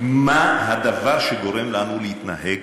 מה הדבר שגורם לנו להתנהג,